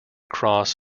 cross